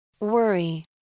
Worry